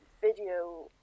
video